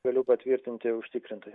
galiu patvirtinti užtikrintai